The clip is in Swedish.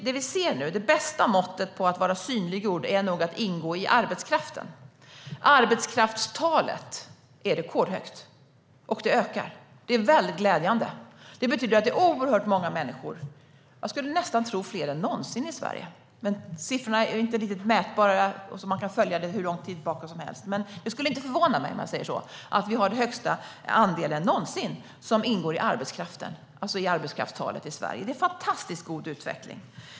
Det bästa måttet på att vara synliggjord är nog att ingå i arbetskraften. Arbetskraftstalet är rekordhögt, och det ökar. Det är väldigt glädjande. Det är fråga om oerhört många människor, fler än någonsin i Sverige, skulle jag nästan tro, men det är inte riktigt mätbart så att man kan följa siffrorna hur långt bakåt i tiden som helst. Det skulle inte förvåna mig om vi hade det högsta arbetskraftstalet någonsin i Sverige. Det är en fantastiskt god utveckling.